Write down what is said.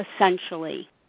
Essentially